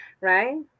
right